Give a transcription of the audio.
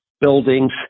buildings